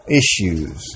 issues